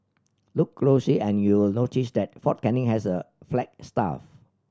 look closely and you'll notice that Fort Canning has a flagstaff